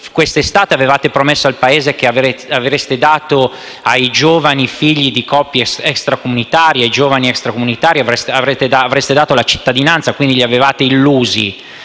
questa estate avevate promesso al Paese che avreste dato ai giovani figli di coppie extracomunitarie, ai giovani extracomunitari, la cittadinanza e quindi li avevate illusi.